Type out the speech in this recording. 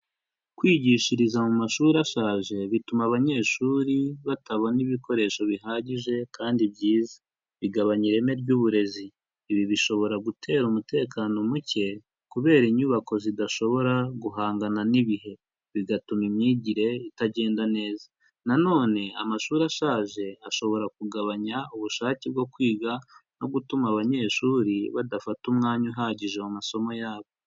Kwigishiriza mu mu mashuri ashaje bituma abanyeshuri batabona ibikoresho bihagije kandi byiza, bigabanya ireme ry'uburezi, ibi bishobora gutera umutekano muke kubera inyubako zidashobora guhangana n'ibihe, bigatuma imyigire itagenda neza, na none amashuri ashaje ashobora kugabanya ubushake bwo kwiga no gutuma abanyeshuri badafata umwanya uhagije mu masomo yabo.